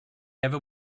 ever